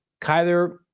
Kyler